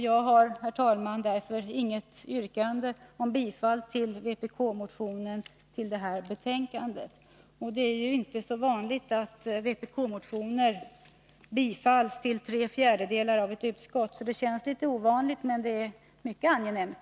Jag har därför, herr talman, inget yrkande om bifall till vpk-motionen i detta ärende. Det är inte så vanligt att vpk-motioner tillstyrks till tre fjärdedelar av ett utskott. Det känns litet ovanligt — men mycket angenämt.